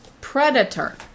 Predator